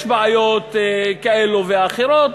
יש בעיות כאלו ואחרות,